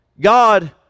God